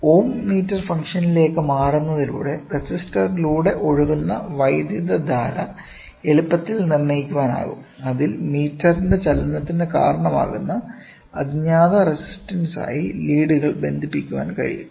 ഓം meter ഫംഗ്ഷനിലേക്ക് മാറുന്നതിലൂടെ റെസിസ്റ്ററിലൂടെ ഒഴുകുന്ന വൈദ്യുതധാര എളുപ്പത്തിൽ നിർണ്ണയിക്കാനാകും അതിൽ മീറ്ററിന്റെ ചലനത്തിന് കാരണമാകുന്ന അജ്ഞാത റെസിസ്റ്റൻസ്മായി ലീഡുകൾ ബന്ധിപ്പിക്കാൻ കഴിയും